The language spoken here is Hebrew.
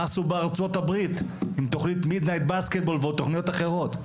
מה עשו בארצות הברית עם תוכנית midnight basketball ותוכניות אחרות.